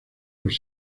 los